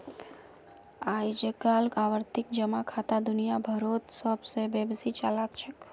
अइजकाल आवर्ती जमा खाता दुनिया भरोत सब स बेसी चलाल छेक